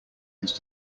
his